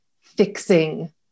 fixing